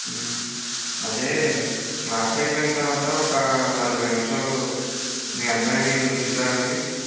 అదే క్లాస్ అయిపోయిన తర్వాత ఒక నలభై నిముషాలు మీ అబ్బాయిని ఉంచుతారని